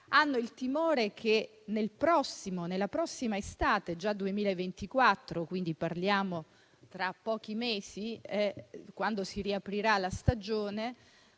hanno il timore che, nella prossima estate, già nel 2024 (quindi tra pochi mesi), quando si riaprirà la stagione,